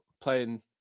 playing